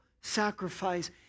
sacrifice